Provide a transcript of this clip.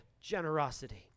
generosity